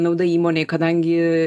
nauda įmonei kadangi